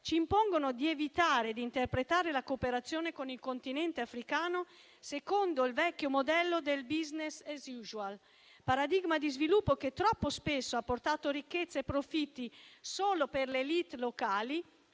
ci impongono di evitare di interpretare la cooperazione con il Continente africano secondo il vecchio modello del *business* *as usual*, paradigma di sviluppo che troppo spesso ha portato ricchezza e profitti solo per le *élite* locali,